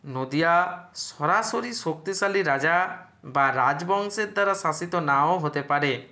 নদীয়া সরাসরি শক্তিশালী রাজা বা রাজবংশের দ্বারা শাসিত নাও হতে পারে